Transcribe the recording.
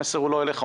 המסר הוא לא אליך,